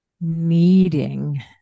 needing